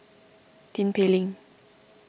Tin Pei Ling